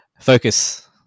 Focus